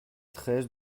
treize